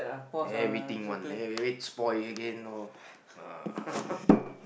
then everything one everything spoil one okay